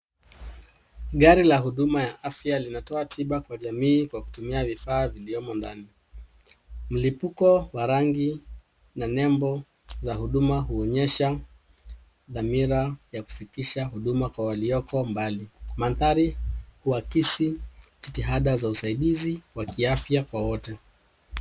Gari la huduma ya afya linatoa tiba kwa jamii kwa kutumia vifaa vilivyomo ndani. Mlipuko wa rangi na nembo za huduma huonyesha dhamira ya kufikisha huduma kwa walioko mbali. Mandhari huakisi jitihada za usaidizi wa kiafya kwa wote.